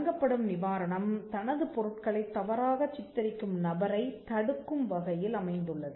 வழங்கப்படும் நிவாரணம் தனது பொருட்களைத் தவறாகச் சித்தரிக்கும் நபரைத் தடுக்கும் வகையில் அமைந்துள்ளது